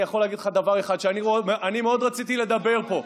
אני יכול להגיד לך דבר אחד: אני מאוד רציתי לדבר פה,